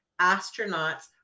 astronauts